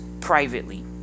privately